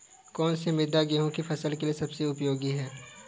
कौन सी मृदा गेहूँ की फसल के लिए सबसे उपयोगी है?